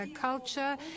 culture